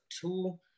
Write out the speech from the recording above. two